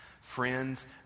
friends